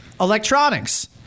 Electronics